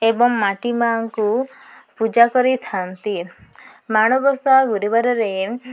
ଏବଂ ମାଟି ମା'ଙ୍କୁ ପୂଜା କରିଥାନ୍ତି ମାଣବସା ଗୁରୁବାରରେ